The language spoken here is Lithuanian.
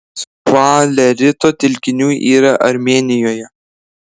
sfalerito telkinių yra armėnijoje